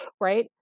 right